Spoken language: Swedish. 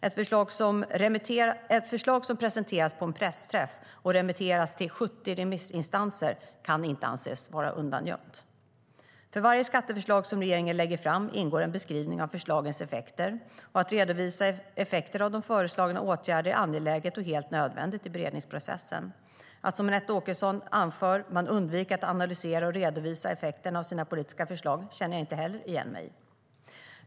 Ett förslag som presenterats på en pressträff och remitterats till 70 remissinstanser kan inte anses vara undangömt. För varje skatteförslag som regeringen lägger fram ingår en beskrivning av förslagens effekter. Att redovisa effekterna av föreslagna åtgärder är angeläget och helt nödvändigt i beredningsprocessen. Att som Anette Åkesson anför "man undviker att analysera och redovisa effekterna av sina politiska förslag" känner jag inte heller igen mig i.